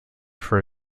for